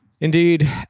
Indeed